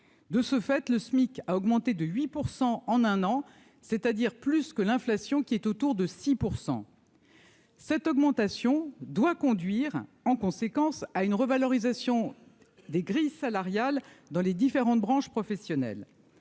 de ce fait, le SMIC a augmenté de 8 % en un an, c'est-à-dire plus que l'inflation qui est autour de 6 % cette augmentation doit conduire en conséquence à une revalorisation des grilles salariales dans les différentes branches professionnelles,